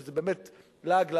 שזה באמת לעג לרש.